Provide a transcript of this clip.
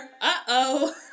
uh-oh